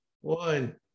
one